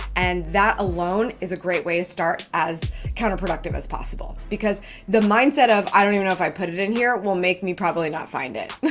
and that alone is a great way to start as counterproductive as possible because the mindset of i don't even know if i put it in here will make me probably not find it.